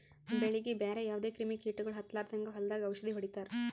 ಬೆಳೀಗಿ ಬ್ಯಾರೆ ಯಾವದೇ ಕ್ರಿಮಿ ಕೀಟಗೊಳ್ ಹತ್ತಲಾರದಂಗ್ ಹೊಲದಾಗ್ ಔಷದ್ ಹೊಡಿತಾರ